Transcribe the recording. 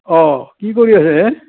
অ কি কৰি আছে হে